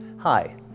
Hi